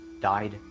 died